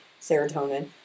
serotonin